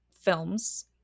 films